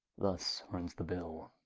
thus runs the bill